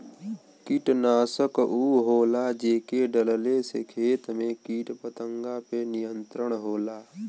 कीटनाशक उ होला जेके डलले से खेत में कीट पतंगा पे नियंत्रण होला